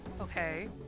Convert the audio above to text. Okay